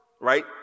right